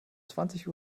zwanzig